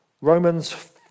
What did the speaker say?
Romans